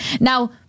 Now-